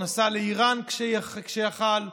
הוא נסע לאיראן כשיכול היה,